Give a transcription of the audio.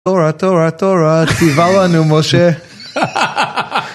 תורה תורה תורה ציווה לנו משה